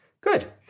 Good